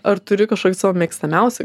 ar turi kažkokį savo mėgstamiausią